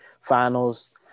finals